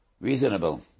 reasonable